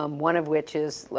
um one of which is,